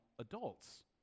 adults